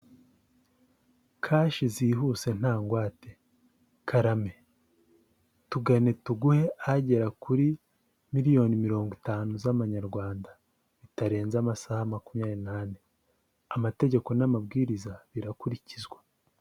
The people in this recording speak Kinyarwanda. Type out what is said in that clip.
Kashi zihuse nta ngwate, KARAME, tugane tuguhe ahagera kuri miliyoni mirongo itanu z'Amanyarwanda bitarenze amasaha makumyabiri n'ane, amategeko n'amabwiriza birakurikizwa.